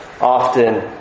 often